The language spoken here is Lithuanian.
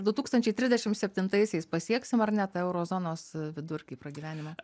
du tūkstančiai trisdešim septintaisiais pasieksim ar ne tą euro zonos vidurkį pragyvenimo